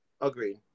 Agreed